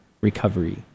recovery